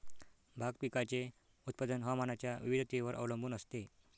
भाग पिकाचे उत्पादन हवामानाच्या विविधतेवर अवलंबून असते